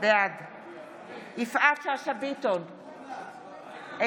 בעד יפעת שאשא ביטון,